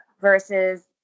versus